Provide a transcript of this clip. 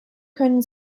können